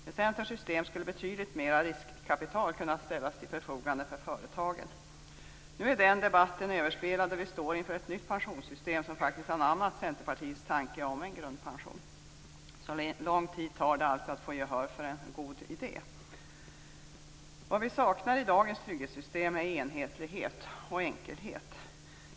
Med Centerns system skulle betydligt mera riskkapital ha kunnat ställas till förfogande för företagen. Nu är den debatten överspelad, och vi står inför ett nytt pensionssystem, där man faktiskt anammat Centerpartiets tanke om en grundpension. Så lång tid tar det alltså att få gehör för en god idé. Vad vi saknar i dagens trygghetssystem är enhetlighet och enkelhet.